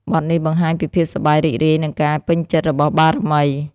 បទនេះបង្ហាញពីភាពសប្បាយរីករាយ និងការពេញចិត្តរបស់បារមី។